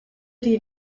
die